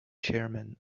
chairman